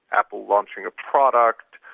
apple launching a product,